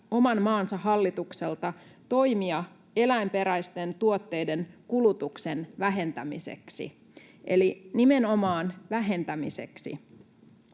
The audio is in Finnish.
oman maansa hallitukselta toimia eläinperäisten tuotteiden kulutuksen vähentämiseksi — eli nimenomaan vähentämiseksi.